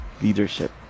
leadership